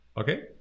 Okay